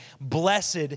Blessed